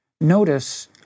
Notice